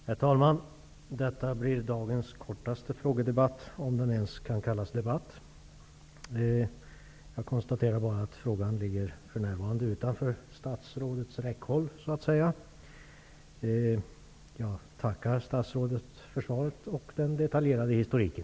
Herr talman! Detta blir dagens kortaste frågedebatt -- om den ens kan kallas debatt. Jag konstaterar att frågan så att säga f.n. ligger utanför statsrådets räckhåll. Jag tackar statsrådet för svaret med den detaljerade historiken.